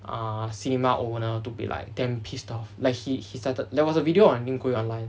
uh cinema owner to be like damn pissed off like he he started there was a video on him going online